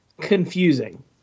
confusing